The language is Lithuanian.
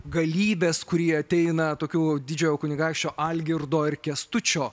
galybės kuri ateina tokiu didžiojo kunigaikščio algirdo ir kęstučio